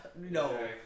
No